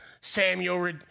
Samuel